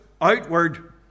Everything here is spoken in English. outward